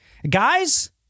Guys